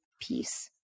peace